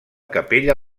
capella